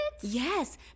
Yes